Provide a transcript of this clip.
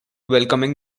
welcoming